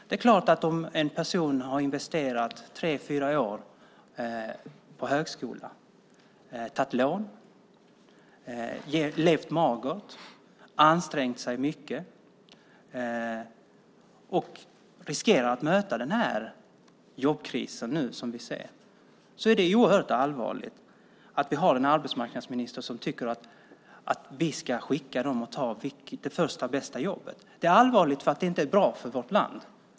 Det är klart att om en person har investerat i tre fyra år på högskola, tagit lån, levt magert, ansträngt sig mycket och riskerar att möta den jobbkris som vi nu ser är det oerhört allvarligt att vi har en arbetsmarknadsminister som tycker att vi ska skicka i väg dem för att ta första bästa jobb. Det är allvarligt eftersom det inte är bra för vårt land.